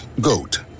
GOAT